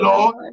Lord